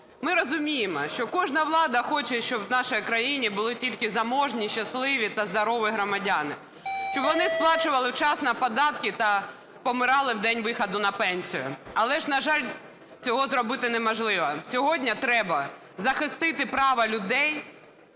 Ми розуміємо, що кожна влада хоче, щоб в нашій країні були тільки заможні, щасливі та здорові громадяни, щоб вони сплачували вчасно податки та помирали в день виходу на пенсію. Але ж, на жаль, цього зробити неможливо. Сьогодні треба захистити право людей